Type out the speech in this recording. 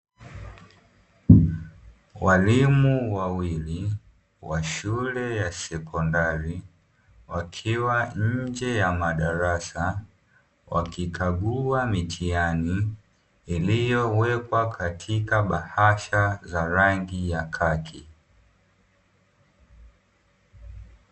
Walimu wawili wa shule ya sekondari wakiwa nje ya madarasa, wakikagua mitihani iliyowekwa katika bahasha za rangi ya kaki.